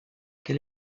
quel